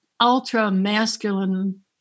ultra-masculine